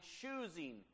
choosing